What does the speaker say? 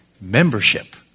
membership